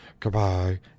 goodbye